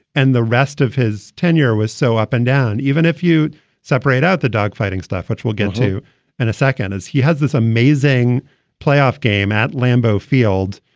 and the rest of his tenure was so up and down, even if you separate out the dogfighting stuff, which we'll get to and a second as he has this amazing playoff game at lambeau field.